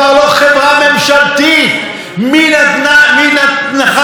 והתשובה שלו: זה בידיעת ראש הממשלה.